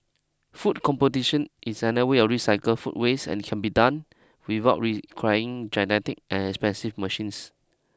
food competition is way of recycle food waste and can be done without requiring and expensive machines